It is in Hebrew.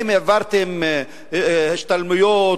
האם העברתם השתלמויות,